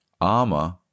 armor